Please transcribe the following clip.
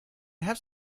have